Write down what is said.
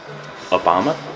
Obama